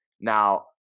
Now